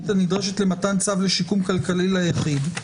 הנדרשת למתן צו לשיקום כלכלי ליחיד,